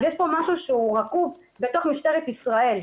אז יש פה משהו שהוא רקוב בתוך משטרת ישראל.